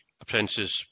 apprentices